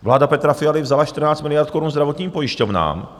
Vláda Petra Fialy vzala 14 miliard korun zdravotním pojišťovnám!